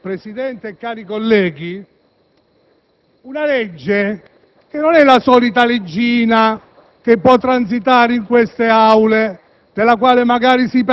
A me spiace che il Sottosegretario e il Governo, per bocca sua, abbia potuto sostenere una tesi del genere. Vorrei poi aggiungere che il comma unico